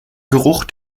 geruch